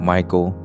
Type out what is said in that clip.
Michael